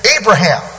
Abraham